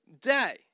day